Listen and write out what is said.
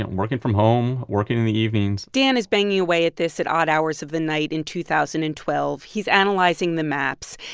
working from home, working in the evenings dan is banging away at this at odd hours of the night in two thousand and twelve. he's analyzing the maps,